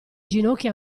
ginocchia